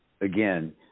Again